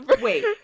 wait